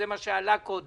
זה מה שעלה קודם.